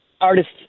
artist